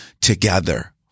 together